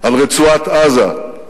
על רצועת-עזה.